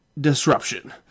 Disruption